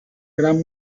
gran